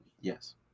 yes